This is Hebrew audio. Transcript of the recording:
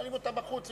מנהלים אותה בחוץ,